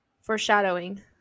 Foreshadowing